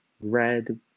red